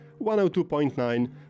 102.9